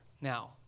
Now